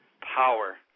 power